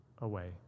away